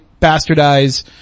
bastardize